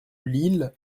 lille